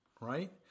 right